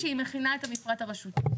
כשהיא מכינה את המפרט הרשותי.